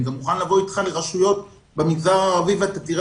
אני גם מוכן לבוא אתך לרשויות במגזר הערבי ותראה